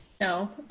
No